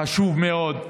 חשוב מאוד,